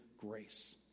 grace